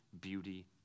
beauty